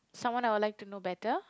someone I would like to know better